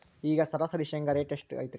ಈಗ ಸರಾಸರಿ ಶೇಂಗಾ ರೇಟ್ ಎಷ್ಟು ಐತ್ರಿ?